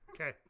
Okay